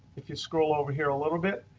if you scroll over here a little bit.